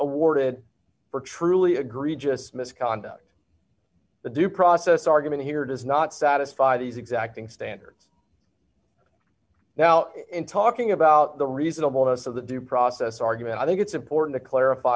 awarded for truly agree just misconduct the due process argument here does not satisfy these exacting standards now in talking about the reasonableness of the due process argument i think it's important to clarify